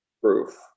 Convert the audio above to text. proof